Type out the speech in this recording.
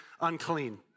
unclean